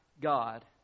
God